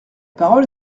parole